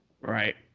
Right